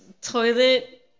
toilet